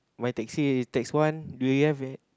my taxi is tax one do you have it